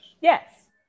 Yes